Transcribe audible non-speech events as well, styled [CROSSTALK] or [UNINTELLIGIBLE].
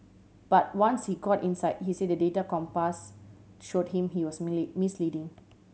but once he got inside he said the data Compass showed him he was [UNINTELLIGIBLE] misleading